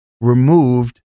removed